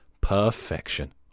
Perfection